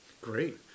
Great